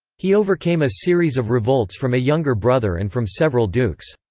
he overcame a series of revolts from a younger brother and from several dukes.